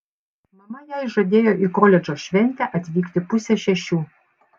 mama jai žadėjo į koledžo šventę atvykti pusę šešių